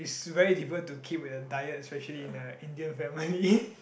is very difficult to keep with a diet especially in a Indian family